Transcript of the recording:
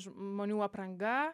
žmonių apranga